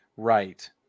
Right